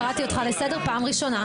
קראתי אותך לסדר פעם ראשונה.